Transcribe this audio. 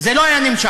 זה לא היה נמשך,